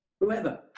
whoever